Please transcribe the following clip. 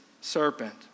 serpent